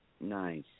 Nice